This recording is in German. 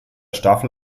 staffel